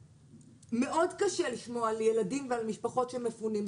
מאוד קשה לשמוע על ילדים ועל משפחות של מפונים,